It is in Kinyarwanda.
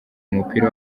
umupira